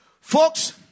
Folks